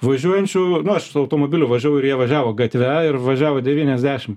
važiuojančių nu aš su automobiliu važiavau ir jie važiavo gatve ir važiavo devyniasdešim